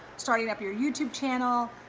starting up your youtube channel,